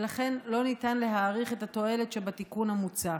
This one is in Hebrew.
ולכן לא ניתן להעריך את התועלת שבתיקון המוצע.